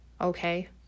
Okay